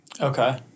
Okay